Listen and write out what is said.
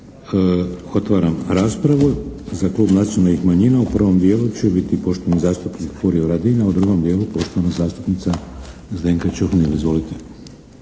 Otvaram raspravu, za Klub nacionalnih manjina u prvom dijelu će biti poštovani zastupnik Furio Radin, a u drugom dijelu poštovana zastupnica Zdenka Čuhnil, izvolite.